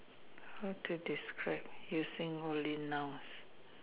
how to describe using only nouns